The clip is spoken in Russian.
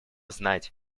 знать